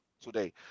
today